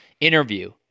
interview